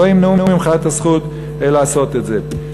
שלא ימנעו ממך את הזכות לעשות את זה.